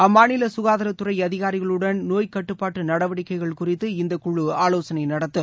அம்மாநில ககாதாரத்துறை அதிகாரிகளுடன் நோய்க் கட்டுப்பாட்டு நடவடிக்கைகள் குறித்து இந்தக்குழ ஆலோசனை நடத்தம்